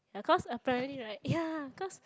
ya cause apparently right ya cause